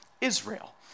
Israel